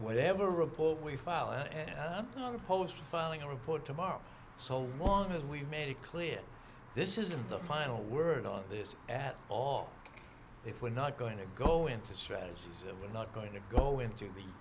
whatever report we file and post filing a report tomorrow so long as we've made it clear this isn't the final word on this at all if we're not going to go into strategies that we're not going to go into the